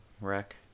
wreck